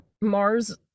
Mars